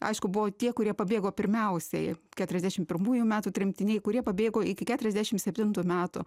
aišku buvo tie kurie pabėgo pirmiausiai keturiasdešimt pirmųjų metų tremtiniai kurie pabėgo iki keturiasdešimt septintų metų